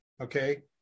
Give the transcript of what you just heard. okay